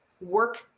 work